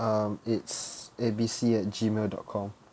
um it's A B C at gmail dot com